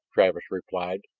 travis replied.